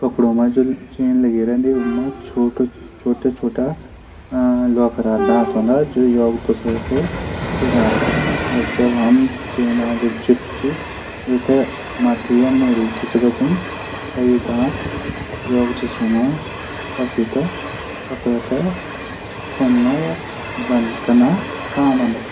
कपडों मा जू चेन लगीं रैंदी। ऊ मा छुटा छुटा लोकर दांत हूंदा। जू एक दूशरा मा जुड्यां हूंदा। जब हम चेन जू जिप चा वेथे मथी या मुडी खिंचदा छन। तब यू दांत एक दूशरू मा फंसी की तब या कपडा थै खुन और बंद कना काम अंदा।